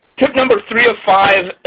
tip number three of five,